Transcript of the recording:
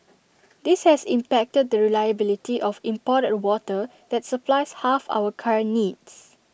this has impacted the reliability of imported water that supplies half our current needs